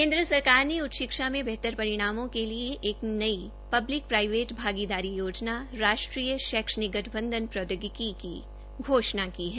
केन्द्र सरकार ने उच्च शिक्षा में बेहतर परिणामों के लिए एक नई पब्लिक प्राईवेट भागीदारी योजना राष्ट्रीय शिक्षा गठबंधन प्रौदोगिकी की घोष्णा की है